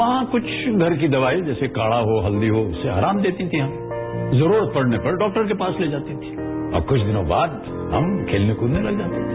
मां कुछ घर की दवाई जैसे काढ़ा हो हल्दी हो उससे आराम देती थी हमें जरूरत पड़ने पर डॉक्टर के पास ले जाती थी और कुछ दिनों बाद हम खेलने कुदने लग जाते थे